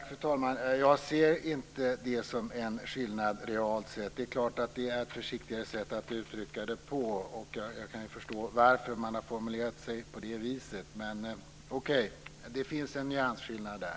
Fru talman! Jag ser inte det som en skillnad realt sett. Det är klart att det är ett försiktigare sätt att uttrycka det på, och jag kan förstå varför man har formulerat sig på det viset. Men okej, det finns en nyansskillnad där.